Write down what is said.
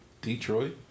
Detroit